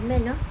comel lah